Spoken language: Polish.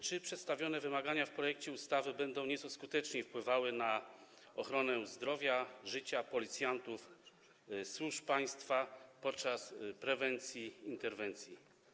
Czy przedstawione w projekcie ustawy wymagania będą nieco skuteczniej wpływały na ochronę zdrowia i życia policjantów, służb państwa podczas prewencji i interwencji?